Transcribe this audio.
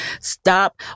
stop